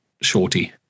shorty